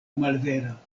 malvera